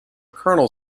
kernel